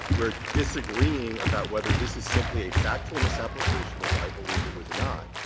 we're disagreeing about whether this is simply a factual misapplication, which i believe it was not,